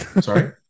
Sorry